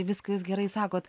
viską jūs gerai sakot